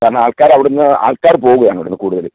കാരണം ആള്ക്കാര് അവിടുന്ന് ആള്ക്കാര് പോവുകയാണ് അവിടുന്ന് കൂടുതലും